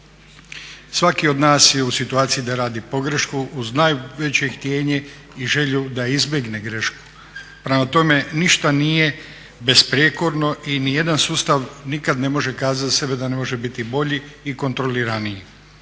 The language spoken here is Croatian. svaki od nas je u situaciji da radi pogrešku uz najveće htjenje i želju da izbjegne grešku. Prema tome, ništa nije besprijekorno i ni jedan sustav nikad ne može kazati za sebe da ne može biti bolji i kontroliraniji,